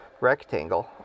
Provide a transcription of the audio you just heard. rectangle